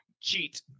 Cheat